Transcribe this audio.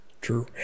True